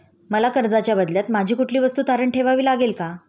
मला कर्जाच्या बदल्यात माझी कुठली वस्तू तारण ठेवावी लागेल का?